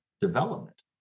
development